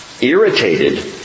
irritated